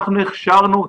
אנחנו הכשרנו אותם.